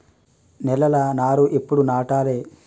నేలలా నారు ఎప్పుడు నాటాలె?